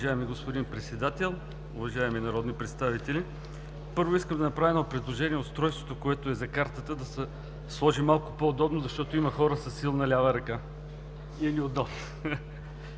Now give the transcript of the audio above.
Уважаеми господин Председател, уважаеми народни представители, първо, искам да направя едно предложение: устройството, което е за картата, да се сложи малко по-удобно, защото има хора със силна лява ръка. Колеги,